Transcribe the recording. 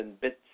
bits